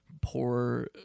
poor